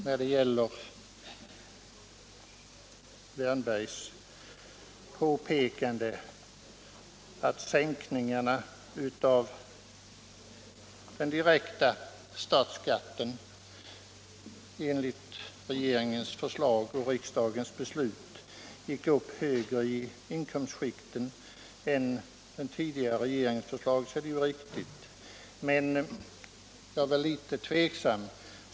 Herr Wärnbergs påpekande att sänkningarna av den direkta statsskatten enligt regeringens förslag och riksdagens beslut går upp högre i inkomstskikten än den tidigare regeringens förslag är riktigt. Men jag är litet tveksam.